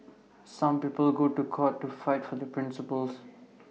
some people go to court to fight for their principles